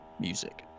music